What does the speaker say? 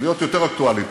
להיות יותר אקטואלי,